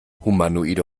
humanoide